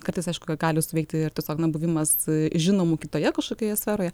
kad jis aišku gali suveikti ir tiesiog na buvimas žinomu kitoje kažkokioje sferoje